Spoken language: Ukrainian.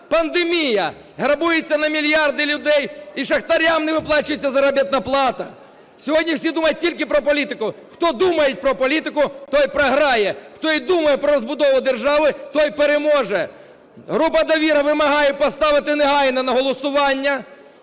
пандемія, грабується на мільярди людей і шахтарям не виплачується заробітна плата! Сьогодні всі думають тільки про політику. Хто думає про політику, той програє. Хто думає про розбудову держави, той переможе. Група "Довіра" вимагає поставити негайно на голосування